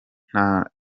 nta